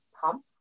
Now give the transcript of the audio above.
pump